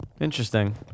Interesting